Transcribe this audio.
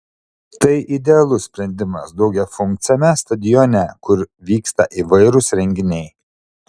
tai idealus sprendimas daugiafunkciame stadione kur vyksta įvairūs renginiai